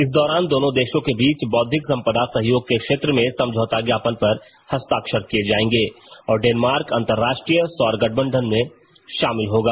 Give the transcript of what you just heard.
इस दौरान दोनों देशों के बीच बौद्धिक सम्पदा सहयोग के क्षेत्र में समझौता ज्ञापन पर हस्ताक्षर किए जाएंगे और डेनमार्क अंतरराष्ट्रीय सौर गठबंधन में शामिल होगा